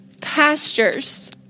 pastures